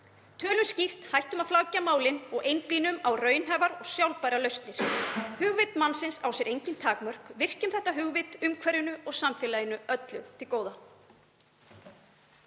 Tölum skýrt, hættum að flækja málin og einblínum á raunhæfar, sjálfbærar lausnir. Hugvit mannsins á sér engin takmörk — virkjum þetta hugvit, umhverfinu og samfélaginu öllu til góða.